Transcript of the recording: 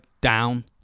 down